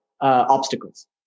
obstacles